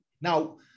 Now